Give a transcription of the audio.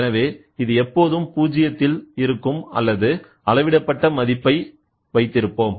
எனவே இது எப்போதும் 0 வில் இருக்கும் அல்லது அளவிடப்பட்ட மதிப்பை வைப்போம்